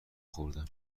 خوردم